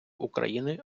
україни